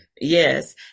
Yes